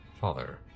father